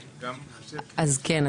גם עוסק --- אז כן,